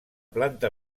planta